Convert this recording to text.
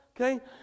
okay